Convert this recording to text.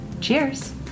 Cheers